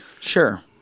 Sure